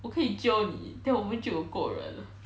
我可以 jio then 我们就有够人